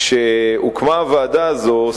כשהוקמה הוועדה הזאת,